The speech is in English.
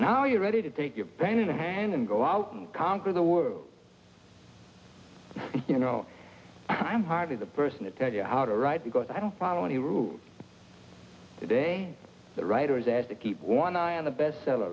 now you're ready to take your brain in the hand and go out conquer the world you know i'm hardly the person to tell you how to write because i don't follow any rules today the writers add to keep one eye on the bestseller